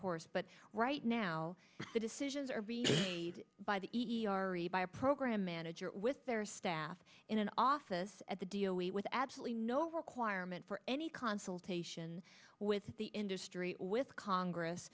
horse but right now the decisions are being made by the e r ribeye a program manager with their staff in an office at the d o a with absolutely no requirement for any consultation with the industry with congress